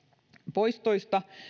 poistoista